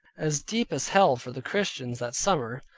as deep as hell for the christians that summer,